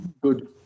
good